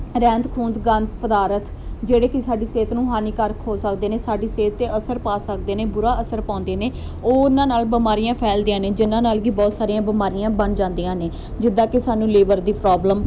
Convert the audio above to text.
ਰਹਿੰਦ ਖੁੰਹਦ ਗੰਦ ਪਦਾਰਥ ਜਿਹੜੇ ਕਿ ਸਾਡੀ ਸਿਹਤ ਨੂੰ ਹਾਨੀਕਾਰਕ ਹੋ ਸਕਦੇ ਨੇ ਸਾਡੀ ਸਿਹਤ 'ਤੇ ਅਸਰ ਪਾ ਸਕਦੇ ਨੇ ਬੁਰਾ ਅਸਰ ਪਾਉਂਦੇ ਨੇ ਉਹ ਉਹਨਾਂ ਨਾਲ ਬਿਮਾਰੀਆਂ ਫੈਲਦੀਆਂ ਨੇ ਜਿਹਨਾਂ ਨਾਲ ਕਿ ਬਹੁਤ ਸਾਰੀਆਂ ਬਿਮਾਰੀਆਂ ਬਣ ਜਾਂਦੀਆਂ ਨੇ ਜਿੱਦਾਂ ਕਿ ਸਾਨੂੰ ਲੇਬਰ ਦੀ ਪ੍ਰੋਬਲਮ